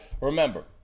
remember